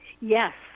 Yes